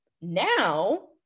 now